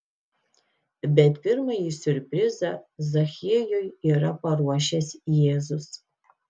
bet pirmąjį siurprizą zachiejui yra paruošęs jėzus